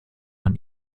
man